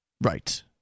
Right